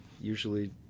usually